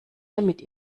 damit